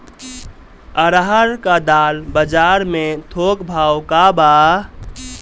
अरहर क दाल बजार में थोक भाव का बा?